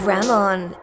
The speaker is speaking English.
Ramon